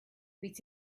with